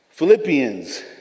Philippians